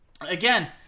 again